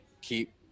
keep